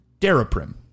Daraprim